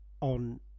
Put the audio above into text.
on